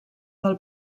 del